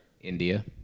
India